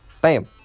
Bam